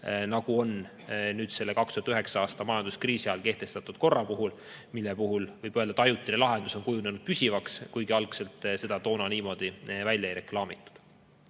nagu on selle 2009. aasta majanduskriisi ajal kehtestatud korra järgi, mille kohta võib öelda, et ajutine lahendus on kujunenud püsivaks, kuigi seda toona niimoodi välja ei reklaamitud. Selle